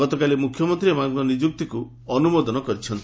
ଗତକାଲି ମୁଖ୍ୟମନ୍ତୀ ଏମାନଙ୍କ ନିଯୁକ୍ତିକୁ ଅନୁମୋଦନ କରିଛନ୍ତି